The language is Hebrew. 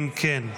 אם כן,